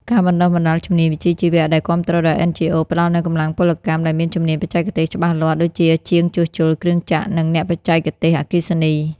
ការបណ្ដុះបណ្ដាលជំនាញវិជ្ជាជីវៈ ដែលគាំទ្រដោយ NGOs ផ្ដល់នូវកម្លាំងពលកម្មដែលមានជំនាញបច្ចេកទេសច្បាស់លាស់ ដូចជាជាងជួសជុលគ្រឿងចក្រ និងអ្នកបច្ចេកទេសអគ្គិសនី។